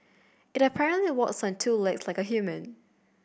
it apparently walks on two legs like a human